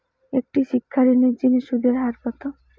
একটা শিক্ষা ঋণের জিনে সুদের হার কত?